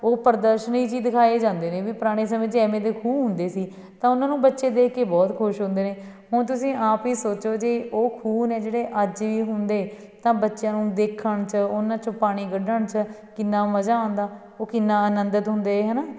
ਉਹ ਪ੍ਰਦਰਸ਼ਨੀ 'ਚ ਹੀ ਦਿਖਾਏ ਜਾਂਦੇ ਨੇ ਵੀ ਪੁਰਾਣੇ ਸਮੇਂ 'ਚ ਇਵੇਂ ਦੇ ਖੂਹ ਹੁੰਦੇ ਸੀ ਤਾਂ ਉਹਨਾਂ ਨੂੰ ਬੱਚੇ ਦੇਖ ਕੇ ਬਹੁਤ ਖੁਸ਼ ਹੁੰਦੇ ਨੇ ਹੁਣ ਤੁਸੀਂ ਆਪ ਹੀ ਸੋਚੋ ਜੇ ਉਹ ਖੂਹ ਨੇ ਜਿਹੜੇ ਅੱਜ ਵੀ ਹੁੰਦੇ ਤਾਂ ਬੱਚਿਆਂ ਨੂੰ ਦੇਖਣ 'ਚ ਉਹਨਾਂ ਚੋਂ ਪਾਣੀ ਕੱਢਣ 'ਚ ਕਿੰਨਾ ਮਜ਼ਾ ਆਉਂਦਾ ਉਹ ਕਿੰਨਾ ਆਨੰਦਿਤ ਹੁੰਦੇ ਹੈ ਨਾ